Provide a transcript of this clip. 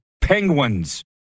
Penguins